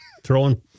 Throwing